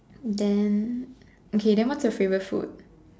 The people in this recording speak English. then okay then what's your favourite food